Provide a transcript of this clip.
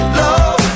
love